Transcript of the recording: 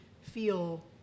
feel